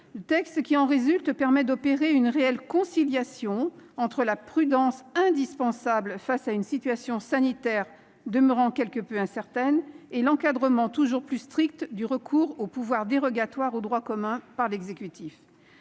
Le texte qui en résulte opère une réelle conciliation entre la prudence indispensable face à une situation sanitaire demeurant quelque peu incertaine et l'encadrement toujours plus strict du recours par l'exécutif